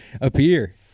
appear